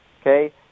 okay